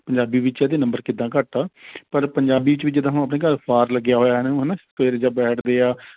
ਪੰਜਾਬੀ ਵਿੱਚ ਇਹਦੇ ਨੰਬਰ ਕਿੱਦਾਂ ਘੱਟ ਹੈ ਪਰ ਪੰਜਾਬੀ ਵਿੱਚ ਵੀ ਜਿੱਦਾਂ ਹੁਣ ਆਪਣੇ ਘਰ ਅਖ਼ਬਾਰ ਲੱਗਿਆ ਹੋਇਆ ਹੈ ਨਾ ਫੇਰ ਜਦ ਬੈਠਦੇ ਹਾਂ